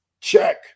Check